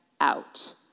out